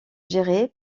gérée